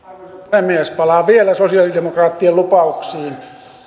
puhemies palaan vielä sosialidemokraattien lupauksiin